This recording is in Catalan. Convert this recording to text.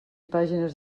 pàgines